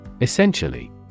Essentially